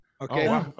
Okay